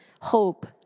hope